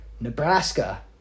Nebraska